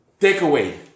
Takeaway